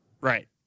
Right